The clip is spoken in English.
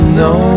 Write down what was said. no